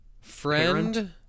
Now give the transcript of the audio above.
friend